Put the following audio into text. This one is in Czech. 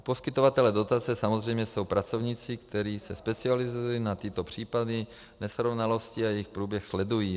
Poskytovatelé dotace samozřejmě jsou pracovníci, kteří se specializují na tyto případy, nesrovnalosti a jejich průběh sledují.